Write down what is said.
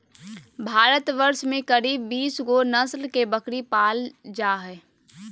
भारतवर्ष में करीब बीस गो नस्ल के बकरी पाल जा हइ